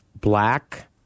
black